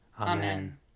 Amen